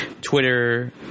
Twitter